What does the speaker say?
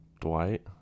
Dwight